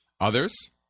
Others